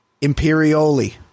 Imperioli